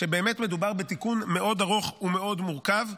באמת מדובר תיקון מאוד ארוך ומאוד מורכב,